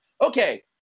okay